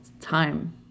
time